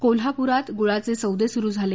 कोल्हाप्रात गुळाचे सौदे सुरु झाले